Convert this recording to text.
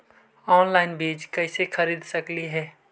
Online बीज कईसे खरीद सकली हे?